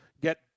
get